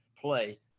play